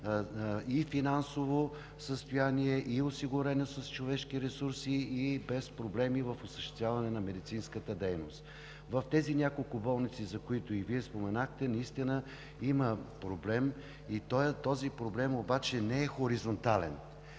и финансово състояние, и осигурени с човешки ресурси, и без проблеми в осъществяване на медицинската дейност. В тези няколко болници, за които и Вие споменахте, наистина има проблем. Този проблем обаче не е хоризонтален.